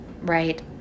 Right